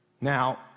Now